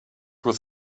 with